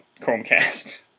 Chromecast